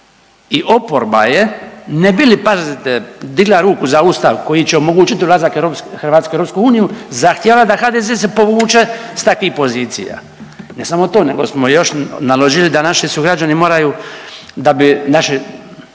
i oporba je ne bi li, pazite, digla ruku za ustav koji će omogućiti ulazak europske, Hrvatske u EU, zahtijevala da HDZ se povuče s takvih pozicija. Ne samo to nego smo još naložili da naši sugrađani moraju da bi naši